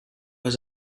was